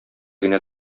генә